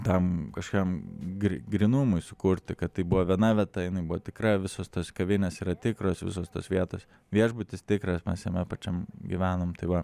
tam kažkam gry grynumui sukurti kad tai buvo viena vieta jinai buvo tikra visos tos kavinės yra tikros visos tos vietos viešbutis tikras mes jame pačiam gyvenom tai va